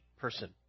person